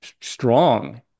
strong